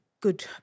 good